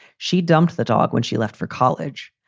she dumped the dog when she left for college.